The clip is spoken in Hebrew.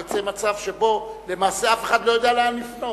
יוצא מצב שבו למעשה אף אחד לא יודע לאן לפנות.